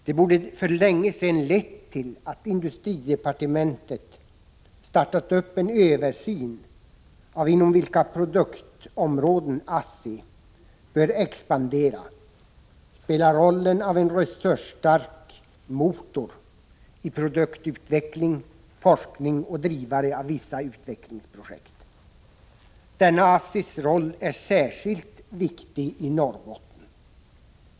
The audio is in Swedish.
Det borde för länge sedan ha lett till att industridepartementet satt i gång en översyn av inom vilka produktområden ASSI bör expandera, spela rollen av en resursstark motor i produktutveckling, forskning och drivare av vissa utvecklingsprojekt. Denna ASSI:s roll är särskilt viktig i Norrbotten.